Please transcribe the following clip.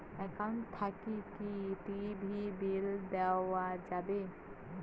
Account থাকি কি TV bill দেওয়া যাবে?